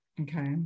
Okay